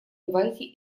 давайте